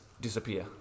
disappear